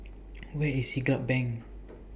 Where IS Siglap Bank